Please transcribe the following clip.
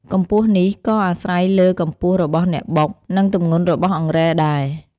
កម្ពស់នេះក៏អាស្រ័យលើកម្ពស់របស់អ្នកបុក និងទម្ងន់របស់អង្រែដែរ។